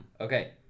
Okay